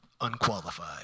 unqualified